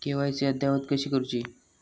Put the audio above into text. KYC अद्ययावत कशी करुची?